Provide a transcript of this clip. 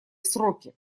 сроки